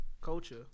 culture